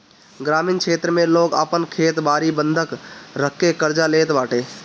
ग्रामीण क्षेत्र में लोग आपन खेत बारी बंधक रखके कर्जा लेत बाटे